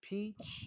Peach